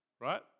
Right